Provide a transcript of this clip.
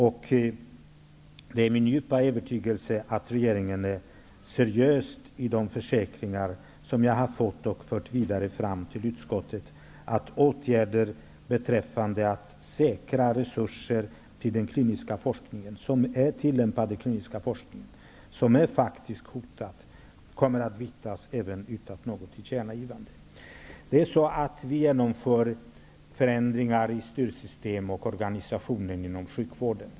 Det är min djupa övertygelse att de utfästelser som jag har fått och fört vidare till utskottet om åtgärder för att säkra resurser till den tillämpade kliniska forskningen -- som faktiskt är hotad -- seriöst kommer att uppfyllas utan något tillkännagivande till regeringen. Vi genomför förändringar i styrsystemen och organisationen inom sjukvården.